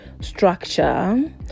structure